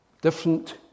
different